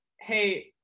hey